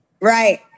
Right